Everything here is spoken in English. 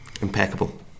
impeccable